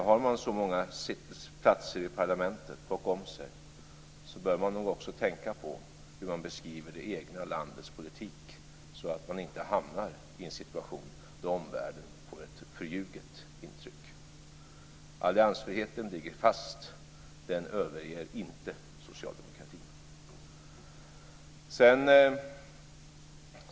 Har man så många platser i parlamentet bakom sig, bör man nog också tänka på hur man beskriver det egna landets politik, så att man inte hamnar i en situation där omvärlden får ett förljuget intryck. Alliansfriheten ligger fast. Den överger inte socialdemokratin.